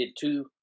two